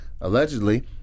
allegedly